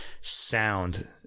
sound